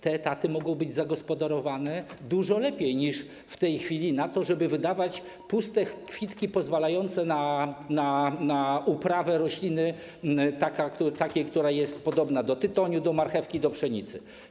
Te etaty mogą być zagospodarowane dużo lepiej niż w tej chwili, nie tak żeby wydawać puste kwitki pozwalające na uprawę rośliny takiej, która jest podobna do tytoniu, do marchewki, do pszenicy.